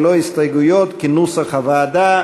מי בעד?